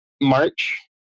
March